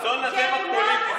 צאן לטבח פוליטי.